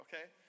Okay